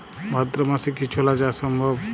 ভাদ্র মাসে কি ছোলা চাষ সম্ভব?